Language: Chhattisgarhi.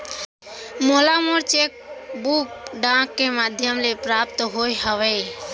मोला मोर चेक बुक डाक के मध्याम ले प्राप्त होय हवे